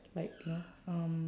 like you know um